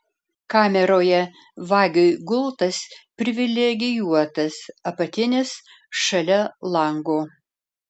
kameroje vagiui gultas privilegijuotas apatinis šalia lango